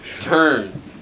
turn